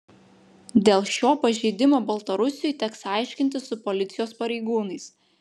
dėl šio pažeidimo baltarusiui teks aiškintis su policijos pareigūnais